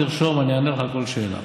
תרשום, אני אענה לך על כל שאלה.